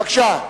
בבקשה.